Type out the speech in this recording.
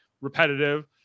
repetitive